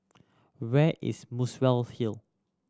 where is Muswell Hill